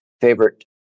favorite